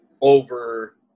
over